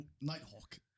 Nighthawk